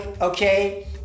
okay